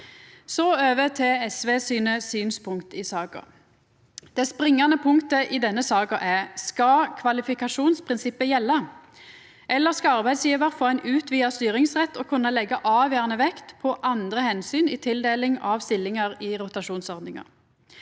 gå over til SVs synspunkt i saka. Det springande punktet i denne saka er: Skal kvalifikasjonsprinsippet gjelda, eller skal arbeidsgjevaren få ein utvida styringsrett og kunna leggja avgjerande vekt på andre omsyn i tildeling av stillingar i rotasjonsordninga?